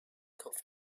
kopf